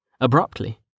Abruptly